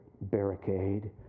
barricade